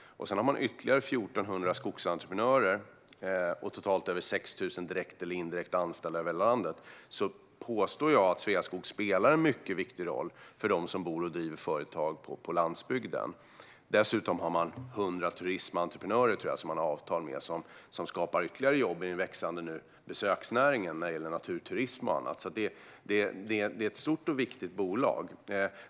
Sveaskog har alltså 1 400 skogsentreprenörer och totalt över 6 000 direkt eller indirekt anställda över hela landet, så jag skulle vilja påstå att de spelar en mycket viktig roll för dem som bor och driver företag på landsbygden. Dessutom har Sveaskog avtal med omkring 100 turismentreprenörer som skapar ytterligare jobb i en växande besöksnäring när det gäller naturturism och annat. Detta är alltså ett stort och viktigt bolag.